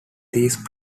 these